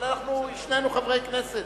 אבל שנינו חברי כנסת